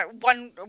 one